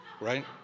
right